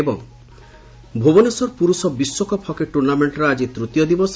ଏବଂ ଭୁବନେଶ୍ୱର ପୁରୁଷ ବିଶ୍ୱକପ୍ ହକି ଟୁର୍ଣ୍ଡାମେଣ୍ୱର ଆଜି ତୂତୀୟ ଦିବସ